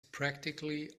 practically